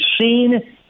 seen